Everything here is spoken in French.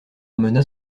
emmena